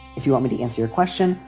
if you want me to answer your question.